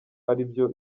aribyo